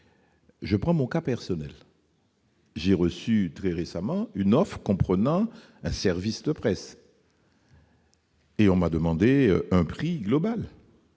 prendre mon cas personnel, j'ai reçu très récemment une offre comprenant un service de presse, assortie d'un prix global.